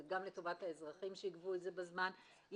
זה גם לטובת האזרחים כשייגבו את זה בזמן,